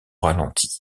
ralenti